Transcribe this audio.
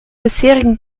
bisherigen